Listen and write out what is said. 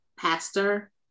pastor